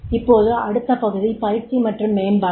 இப்போது அடுத்த பகுதி பயிற்சி மற்றும் மேம்பாடு